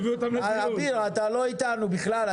אביר, אתה לא איתנו בכלל.